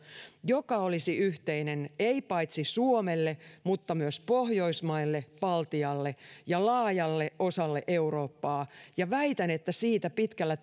joka olisi yhteinen paitsi suomelle mutta myös pohjoismaille baltialle ja laajalle osalle eurooppaa ja väitän että siitä pitkällä